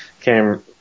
came